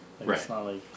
Right